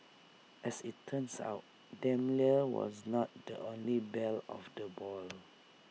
as IT turns out Daimler was not the only belle of the ball